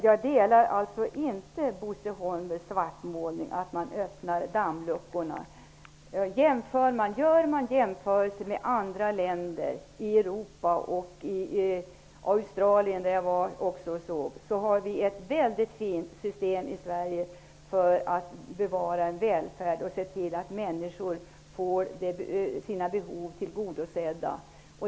Jag delar således inte Bo Holmbergs svartmålning att man öppnar dammluckor. Om man jämför med andra länder i Europa och med Australien, där jag varit på besök, finner man att vi har ett mycket fint system i Sverige när det gäller att bevara välfärden och att se till att människor får sina behov tillgodosedda.